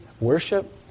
worship